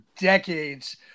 decades